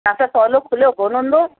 तव्हां सां सवलो खुलियो कोन हूंदो